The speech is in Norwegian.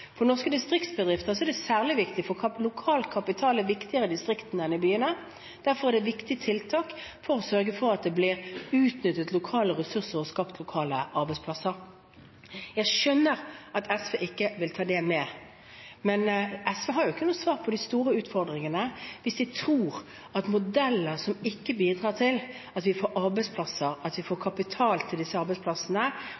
for lokal kapital er viktigere i distriktene enn i byene. Derfor er det et viktig tiltak for å sørge for at lokale ressurser blir utnyttet, og at det blir skapt lokale arbeidsplasser. Jeg skjønner at SV ikke vil ta det med, men SV har jo ikke noe svar på de store utfordringene hvis de tror at modeller som ikke bidrar til at vi får arbeidsplasser og kapital til disse arbeidsplassene til Norge – at